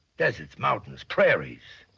desert, mountains, prairies.